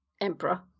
Emperor